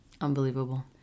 Unbelievable